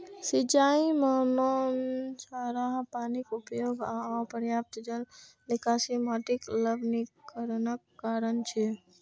सिंचाइ मे नोनछराह पानिक उपयोग आ अपर्याप्त जल निकासी माटिक लवणीकरणक कारण छियै